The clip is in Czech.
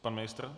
Pan ministr?